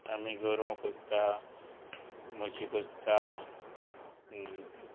आमी गोरवां पोसता म्हशी पोसता